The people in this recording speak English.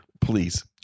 please